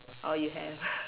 oh you have